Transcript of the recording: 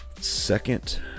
second